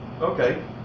okay